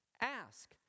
ask